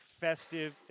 festive